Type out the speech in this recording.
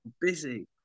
Busy